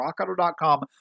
rockauto.com